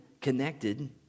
connected